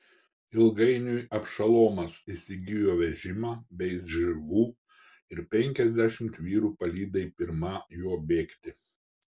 ilgainiui abšalomas įsigijo vežimą bei žirgų ir penkiasdešimt vyrų palydai pirma jo bėgti